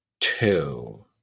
two